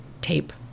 Tape